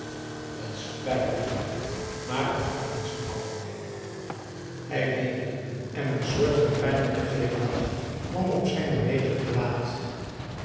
t spijt me rivière maar er kan niets van komen hij beefde en een soort van pijnlijken glimlach kwam op zijn beweeglijk gelaat